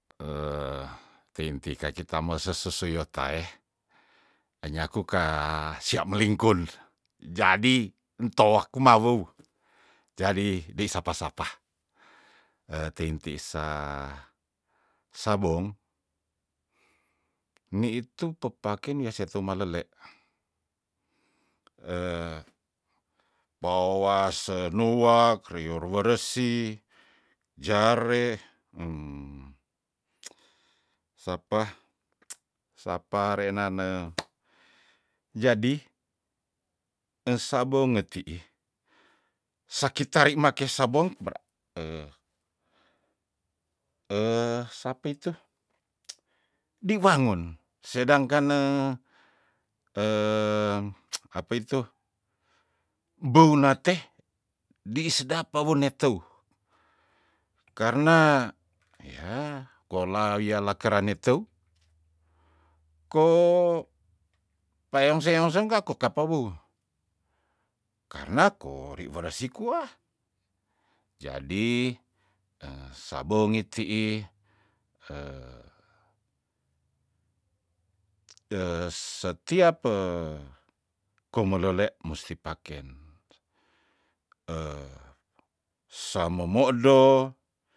Teinte ka kita mesi sa soso yo tae nyaku ka sia melingkun jadi ntoak mawuw jadi dein sapa sapa teinti sa sabong nitu pepaken ya seto malele pao wa se nuwa kerior waresi jare um sapa sapa rena ne jadi e sabong ne tii saki tari maki sabong sapi tu di wangun sedangkan ne bou na te di sedap pa wone tou karna ya kola ya wia na kere ne tou ko pa yongseng yongseng kaku kapa wu karna kori wara si kua jadi sabong i tii he he setiap ko melele musti paken sa momodo.